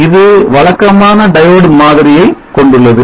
இது வழக்கமான diode மாதிரியை கொண்டுள்ளது